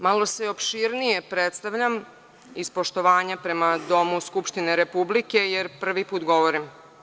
Malo se opširnije predstavljam iz poštovanja prema Domu Skupštine Republike jer prvi put govorim.